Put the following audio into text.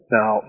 Now